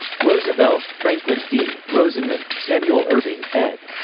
roosevelt, franklin d. rosenman, samuel irving, ed.